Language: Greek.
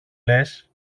λες